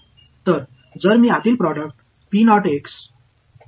तर जर मी आतील प्रोडक्ट आणि घेतले तर